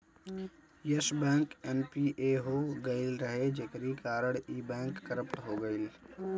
Yes bank NPA हो गईल रहे जेकरी कारण इ बैंक करप्ट हो गईल